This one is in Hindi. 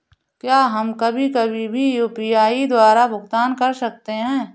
क्या हम कभी कभी भी यू.पी.आई द्वारा भुगतान कर सकते हैं?